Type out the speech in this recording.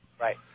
Right